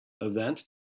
event